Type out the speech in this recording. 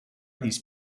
these